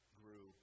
grew